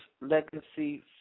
Legacy